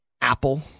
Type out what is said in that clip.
Apple